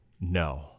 no